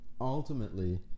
Ultimately